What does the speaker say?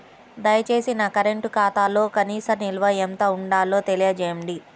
దయచేసి నా కరెంటు ఖాతాలో కనీస నిల్వ ఎంత ఉండాలో తెలియజేయండి